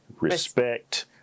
respect